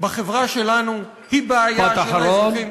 בחברה שלנו, משפט אחרון.